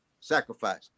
sacrifice